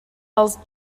als